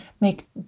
make